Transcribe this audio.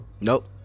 Nope